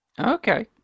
Okay